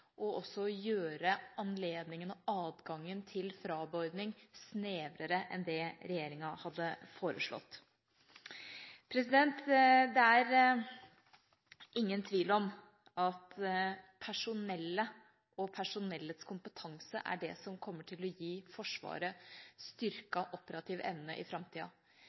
og også gjøre anledningen og adgangen til frabeordring snevrere enn det regjeringa hadde foreslått. Det er ingen tvil om at personellet og personellets kompetanse er det som kommer til å gi Forsvaret styrket operativ evne i framtida.